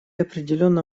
определенно